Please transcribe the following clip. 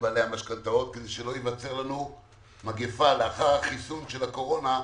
לבעלי המשכנתאות כדי שלא תיווצר לנו מגפה לאחר החיסול של הקורונה,